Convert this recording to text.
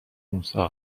موسی